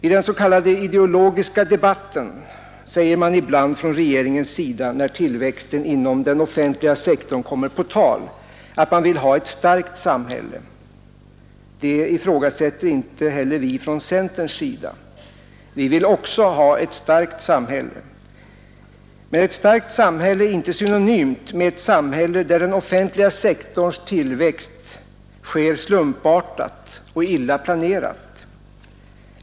I den s.k. ideologiska debatten säger ibland regeringen när tillväxten inom den offentliga sektorn kommer på tal att man vill ha ett starkt samhälle. Detta ifrågasätter inte heller vi från centerns sida. Vi vill också ha ett starkt samhälle. Men ett starkt samhälle är inte synonymt med ett samhälle där den offentliga sektorns tillväxt sker slumpartat och illa planerat.